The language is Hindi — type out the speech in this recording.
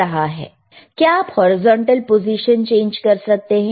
क्या आप हॉरिजॉन्टल पोजीशन चेंज कर सकते हैं